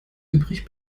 übrig